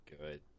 good